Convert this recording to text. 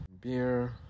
beer